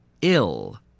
ill